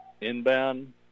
Inbound